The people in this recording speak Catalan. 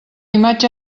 imatge